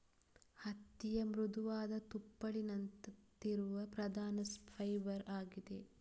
ಹತ್ತಿಯ ಮೃದುವಾದ ತುಪ್ಪಳಿನಂತಿರುವ ಪ್ರಧಾನ ಫೈಬರ್ ಆಗಿದೆ